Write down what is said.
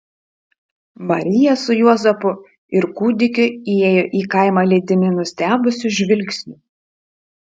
marija su juozapu ir kūdikiu įėjo į kaimą lydimi nustebusių žvilgsnių